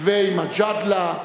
ועם מג'אדלה,